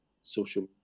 social